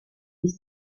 des